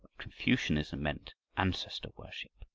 confucianism meant ancestor-worship.